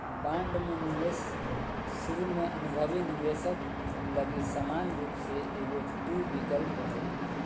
bond में निवेश शुरु में अनुभवी निवेशक लगी समान रूप से एगो टू विकल्प हइ